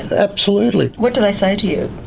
absolutely. what do they say to you?